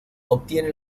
obtiene